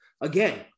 again